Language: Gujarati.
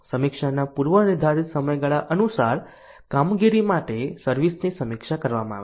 સમીક્ષાના પૂર્વનિર્ધારિત સમયગાળા અનુસાર કામગીરી માટે સર્વિસ ની સમીક્ષા કરવામાં આવે છે